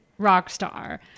Rockstar